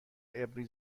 عبری